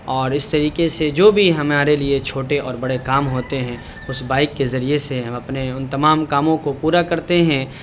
اور اس طریقے سے جو بھی ہمارے لیے چھوٹے اور بڑے کام ہوتے ہیں اس بائک کے ذریعے سے ہم اپنے ان تمام کاموں کو پورا کرتے ہیں